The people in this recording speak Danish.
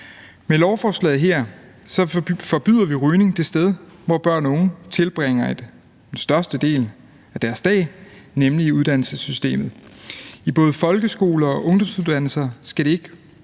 Med lovforslaget her forbyder vi rygning det sted, hvor børn og unge tilbringer størstedelen af deres dag, nemlig i uddannelsessystemet. I både folkeskoler og ungdomsuddannelser skal det ikke